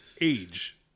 age